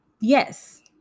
Yes